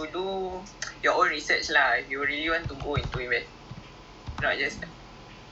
adik I baru kentut adik I kentut adik I lepas ni nak kena